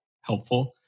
helpful